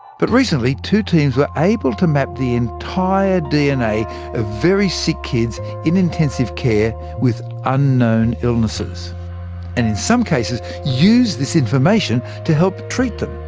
but recently, two teams were able to map the entire dna of very sick kids in intensive care with unknown illnesses and in some cases, use this information to help treat them.